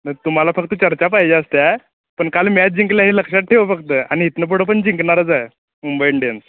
ना तुम्हाला फक्त चर्चा पाहिजे असत्या पण काल मॅच जिंकलं हे लक्षात ठेव फक्त आणि इथून पुढे पण जिंकणारच आहे मुंबई इंडियन्स